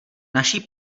naší